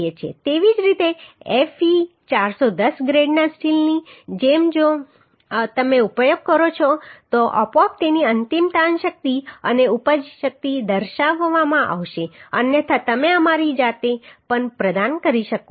તેવી જ રીતે Fe410 ગ્રેડના સ્ટીલની જેમ જો તમે ઉપયોગ કરો છો તો આપોઆપ તેની અંતિમ તાણ શક્તિ અને ઉપજ શક્તિ દર્શાવવામાં આવશે અન્યથા તમે અમારી જાતે પણ પ્રદાન કરી શકો છો